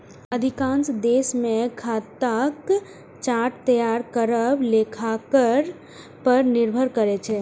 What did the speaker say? अधिकांश देश मे खाताक चार्ट तैयार करब लेखाकार पर निर्भर करै छै